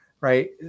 right